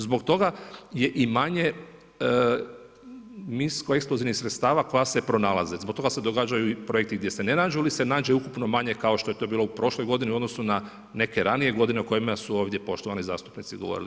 Zbog toga je i manje minsko-eksplozivnih sredstava koja se pronalaze, zbog toga se događaju i projekti gdje se ne nađu, ali se nađe ukupno manje kao što je to bilo u prošloj godini u odnosu na neke ranije godine o kojima su ovdje poštovani zastupnici govorili.